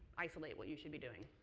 isolate what you should be doing.